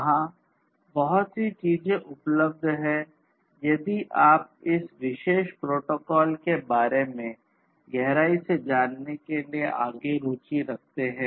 वहाँ बहुत सी चीजें उपलब्ध हैं यदि आप इस विशेष प्रोटोकॉल के बारे में गहराई से जानने के लिए आगे रुचि रखते हैं